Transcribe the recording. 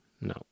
No